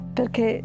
perché